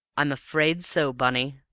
i am afraid so, bunny.